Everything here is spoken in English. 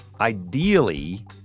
Ideally